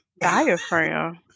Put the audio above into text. diaphragm